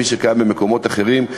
כפי שקיים במקומות אחרים,